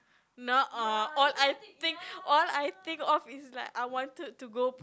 not all all I think all I think of is like I wanted to go